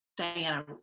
Diana